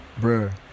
bruh